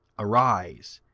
arise,